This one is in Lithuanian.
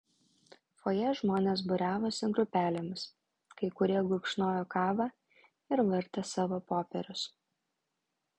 fojė žmonės būriavosi grupelėmis kai kurie gurkšnojo kavą ir vartė savo popierius